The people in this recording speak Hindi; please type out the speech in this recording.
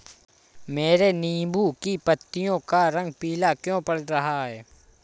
मेरे नींबू की पत्तियों का रंग पीला क्यो पड़ रहा है?